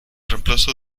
reemplazo